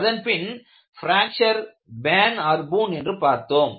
அதன்பின் பிராக்சர் பேன் ஆர் பூன் என்று பார்த்தோம்